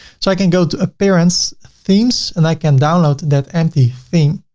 so i can go to a appearance, themes and i can download that empty theme.